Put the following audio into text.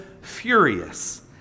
furious